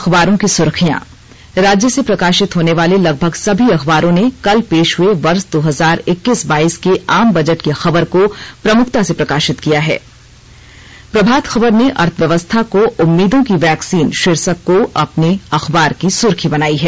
अखबारों की सुर्खियां राज्य से प्रकाशित होने वाले लगभग सभी अखबारों ने कल पेश हुए वर्ष दो हजार इक्कीस बाइस के आम बजट की खबर को प्रमुखता से प्रकाशित किया गया है प्रभात खबर ने अर्थव्यवस्था को उम्मीदों की वैक्सीन शीर्षक को अपने अखबार की सुर्खी बनाई है